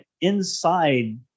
inside